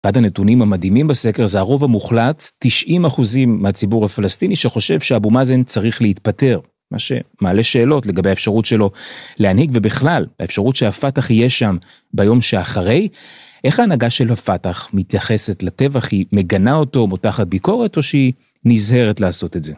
אחד הנתונים המדהימים בסקר, זה הרוב המוחלט, 90 אחוזים מהציבור הפלסטיני, שחושב שאבו מאזן צריך להתפטר. מה שמעלה שאלות לגבי האפשרות שלו להנהיג ובכלל האפשרות שהפתח יהיה שם ביום שאחרי. איך ההנהגה של הפתח מתייחסת לטבח היא מגנה אותו מותחת ביקורת או שהיא נזהרת לעשות את זה?